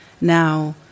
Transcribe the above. Now